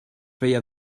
feia